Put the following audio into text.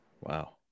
Wow